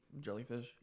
jellyfish